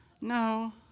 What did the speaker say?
No